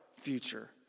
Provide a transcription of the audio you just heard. future